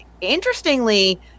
interestingly